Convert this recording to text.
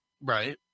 Right